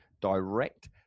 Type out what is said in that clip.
direct